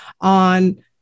on